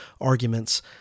arguments